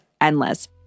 endless